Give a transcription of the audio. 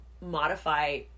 modify